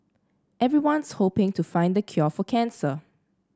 everyone's hoping to find the cure for cancer